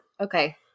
Okay